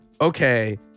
okay